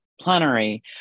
plenary